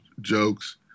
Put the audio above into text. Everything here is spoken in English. jokes